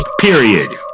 Period